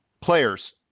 players